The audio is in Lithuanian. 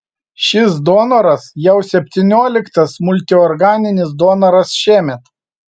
šis donoras jau septynioliktas multiorganinis donoras šiemet